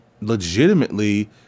legitimately